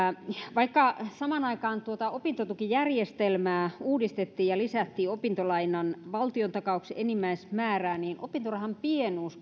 vaikka samaan aikaan tuota opintotukijärjestelmää uudistettiin ja lisättiin opintolainan valtiontakauksen enimmäismäärää niin opintorahan pienuus